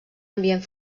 ambient